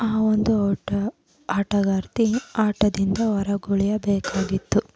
ಆ ಒಂದು ಆಟಗಾರ್ತಿ ಆಟದಿಂದ ಹೊರಗುಳಿಯಬೇಕಾಗಿತ್ತು